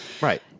Right